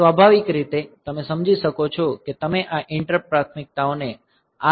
સ્વાભાવિક રીતે તમે સમજી શકો છો કે તમે આ ઈંટરપ્ટ પ્રાથમિકતાઓને આર્બીટ્રેરીલી સેટ કરી શકતા નથી